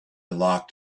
locked